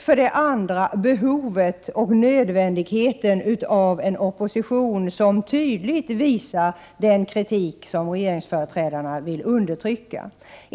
För det andra: Det finns ett behov och en nödvändighet av att ha en opposition som tydligt visar den kritik som regeringsföreträdarna vill undertrycka.